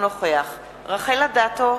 רחל אדטו,